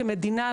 כמדינה,